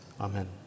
Amen